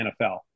NFL